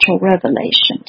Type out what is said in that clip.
revelations